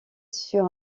sur